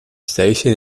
station